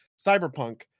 Cyberpunk